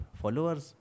followers